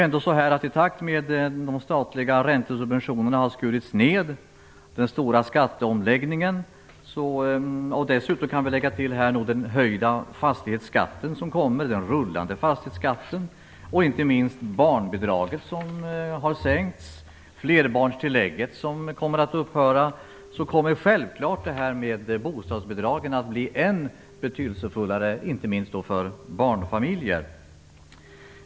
I takt med att de statliga räntesubventionerna har skurits ned och den stora skatteomläggningen har genomförts och i takt med att fastighetsskatten höjs, barnbidraget sänks och flerbarnstillägget upphör kommer självklart bostadsbidragen att bli än mer betydelsefulla - inte minst för barnfamiljer.